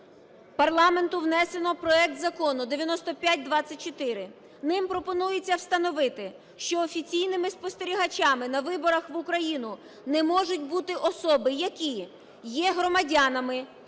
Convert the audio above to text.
парламенту внесено проект Закону 9524. Ним пропонується встановити, що офіційними спостерігачами на виборах в Україну не можуть бути особи, які є громадянами підданими